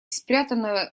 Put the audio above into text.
спрятанная